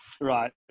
Right